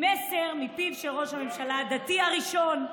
ממסר מפיו של ראש הממשלה הדתי הראשון.